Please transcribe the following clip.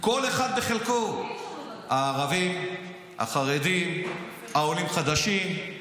כל אחד בחלקו, הערבים, החרדים, העולים החדשים,